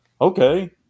Okay